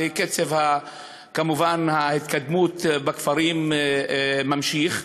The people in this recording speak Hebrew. וקצב ההתקדמות בכפרים ממשיך,